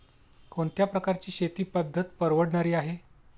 कोणत्या प्रकारची शेती पद्धत परवडणारी आहे?